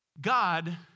God